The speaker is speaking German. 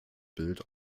bild